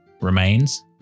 remains